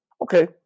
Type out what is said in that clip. Okay